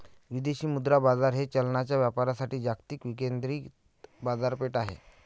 विदेशी मुद्रा बाजार हे चलनांच्या व्यापारासाठी जागतिक विकेंद्रित बाजारपेठ आहे